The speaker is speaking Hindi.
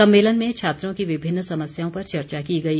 सम्मेलन में छात्रों की विभिन्न समस्याओं पर चर्चा की गई